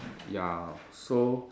ya so